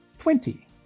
twenty